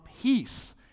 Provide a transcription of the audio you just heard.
peace